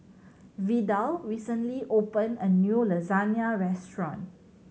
Vidal recently opened a new Lasagna Restaurant